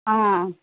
ஆ